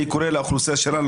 אני קורא לאוכלוסייה שלנו,